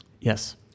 Yes